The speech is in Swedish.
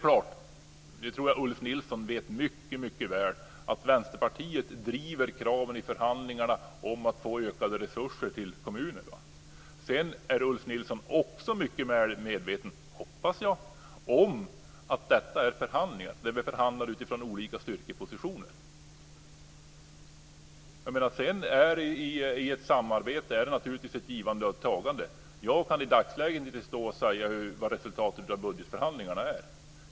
Jag tror att Ulf Nilsson mycket väl vet att Vänsterpartiet i förhandlingarna driver krav på att få ökade resurser till kommunerna. Sedan är Ulf Nilsson också mycket väl medveten - hoppas jag - om att detta är förhandlingar där vi förhandlar utifrån olika styrkepositioner. I ett samarbete är det naturligtvis ett givande och tagande. Jag kan i dagsläget inte stå och säga vad resultatet av budgetförhandlingarna är.